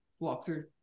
walkthrough